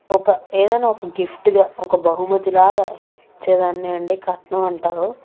ఒక ఏదైనా ఒక గిఫ్ట్గా ఒక బహుమతి లాగా ఇచ్చేదాన్నే కట్నం అంటారు